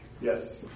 Yes